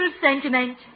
sentiment